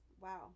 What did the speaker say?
Wow